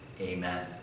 Amen